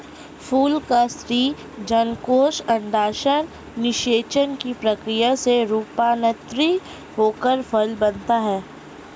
फूल का स्त्री जननकोष अंडाशय निषेचन की प्रक्रिया से रूपान्तरित होकर फल बनता है